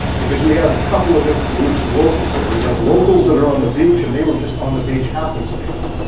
because we have a couple of different so locals. we have locals that are on the beach, and they were just on the beach happenstance.